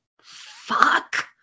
fuck